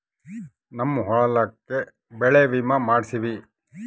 ನಮ್ ಹೊಲಕ ಬೆಳೆ ವಿಮೆ ಮಾಡ್ಸೇವಿ